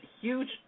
huge